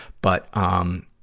but, um,